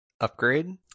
upgrade